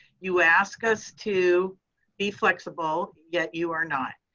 you ask us to be flexible yet you are not.